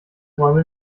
räume